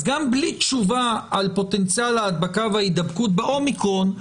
אז גם בלי תשובה על פוטנציאל ההדבקה וההידבקות ב-אומיקרון,